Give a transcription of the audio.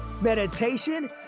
meditation